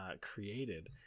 created